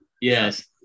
Yes